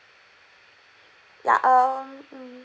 ya um